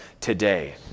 today